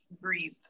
breathe